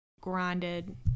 grinded